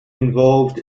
involved